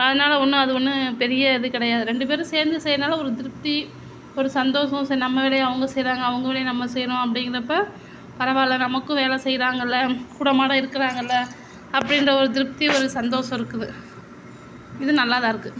அதனால் ஒன்று அது ஒன்று பெரிய இது கிடையாது ரெண்டு பேரும் சேர்ந்து செய்கிறதுனால ஒரு திருப்தி ஒரு சந்தோஷம் சரி நம்ம வேலையை அவங்க செய்கிறாங்க அவங்க வேலையை நம்ம செய்கிறோம் அப்படிங்கிறப்ப பரவாயில்லை நமக்கும் வேலை செய்கிறாங்கல்ல கூட மாட இருக்கிறாங்கல்ல அப்படின்ற ஒரு திருப்தி ஒரு சந்தோஷம் இருக்குது இது நல்லா தான் இருக்குது